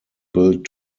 built